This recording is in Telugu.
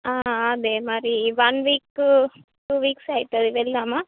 అదే మరి వన్ వీక్ టూ వీక్స్ అవుతుంది వెళ్దామా